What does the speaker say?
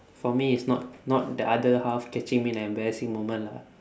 for me is not not the other half catching me in an embarrassing moment lah